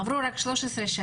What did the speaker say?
עברו רק 13 שנים,